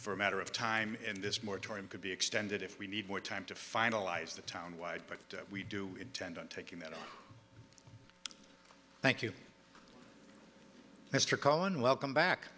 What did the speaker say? for a matter of time in this moratorium could be extended if we need more time to finalize the town wide but we do intend on taking that thank you mr collin welcome back